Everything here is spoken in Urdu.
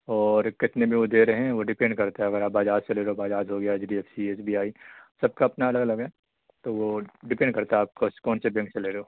اور کتنے میں وہ دے رہے ہیں وہ ڈیپینڈ کرتا ہے اگر آپ بجاج سے لے رہے ہو بجاج ہو گیا H D F C S B I سب کا اپنا الگ الگ ہے تو وہ ڈیپینڈ کرتا ہے آپ کا کون سے بینک سے لے رہے ہو